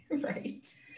Right